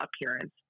appearance